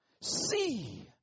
See